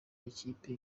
ikipe